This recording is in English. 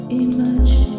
imagine